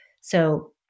So-